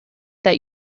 that